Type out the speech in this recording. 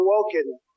awoken